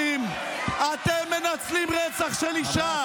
אתם מנצלים רצח של אישה.